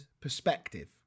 perspective